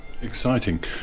Exciting